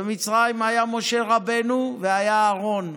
במצרים היה משה רבנו והיה אהרן.